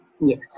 Yes